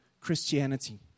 Christianity